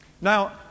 Now